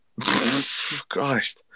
Christ